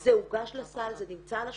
זה הוגש לסל, זה נמצא על השולחן,